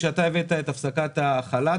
כשאתה הבאת את הפסקת החל"ת,